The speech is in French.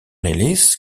ellis